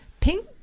pink